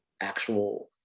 actual